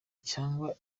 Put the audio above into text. cyangwa